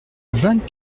vingt